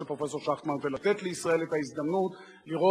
הוא מגיע לעולם הגדול והפתוח נכה